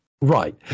Right